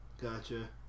Gotcha